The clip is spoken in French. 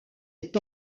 est